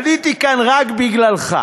עליתי כאן רק בגללך.